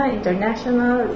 International